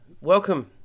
welcome